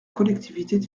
collectivités